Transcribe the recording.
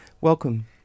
Welcome